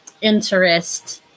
interest